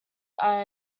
are